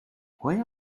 why